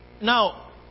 now